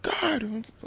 God